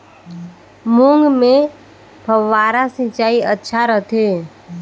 मूंग मे फव्वारा सिंचाई अच्छा रथे?